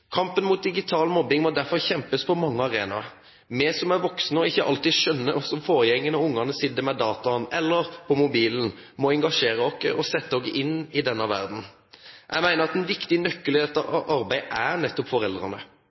Kampen mot digital mobbing må derfor kjempes på mange arenaer. Vi som er voksne og ikke alltid skjønner hva som foregår når barna sitter med dataen eller mobilen, må engasjere oss og sette oss inn i denne verdenen. Jeg mener at en viktig nøkkel i dette arbeidet er nettopp foreldrene.